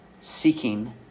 seeking